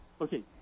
Okay